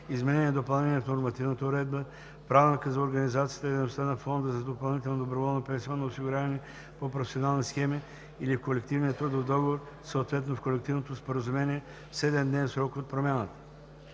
изменения и допълнения в нормативната уредба, в правилника за организацията и дейността на фонда за допълнително доброволно пенсионно осигуряване по професионални схеми или в колективния трудов договор, съответно в колективното споразумение, в 7-дневен срок от промяната;